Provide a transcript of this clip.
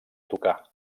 tocar